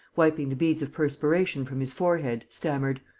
wiping the beads of perspiration from his forehead, stammered